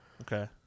Okay